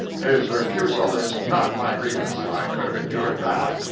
his refusal is not my grievance i could have endured that.